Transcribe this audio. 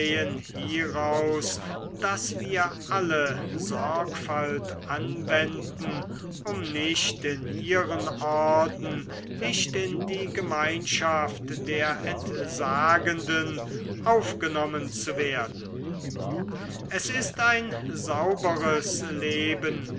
hieraus daß wir alle sorgfalt anwenden um nicht in ihren orden nicht in die gemeinschaft der entsagenden aufgenommen zu werden es ist ein sauberes leben